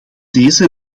deze